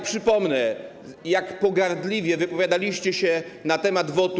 Przypomnę, jak pogardliwie wypowiadaliście się na temat WOT.